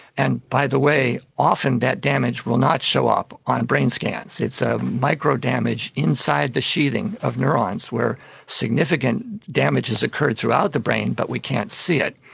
and, by the way, often that damage will not show up on a brain scan, it's a micro-damage inside the sheathing of neurons where significant damage has occurred throughout the brain but we can't see it.